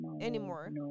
anymore